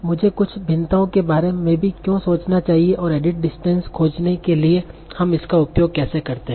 मुझे कुछ भिन्नताओं के बारे में भी क्यों सोचना चाहिए और एडिट डिस्टेंस खोजने के लिए हम इसका उपयोग कैसे करते हैं